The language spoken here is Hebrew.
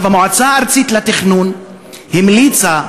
המועצה הארצית לתכנון המליצה,